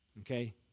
okay